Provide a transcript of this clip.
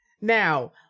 Now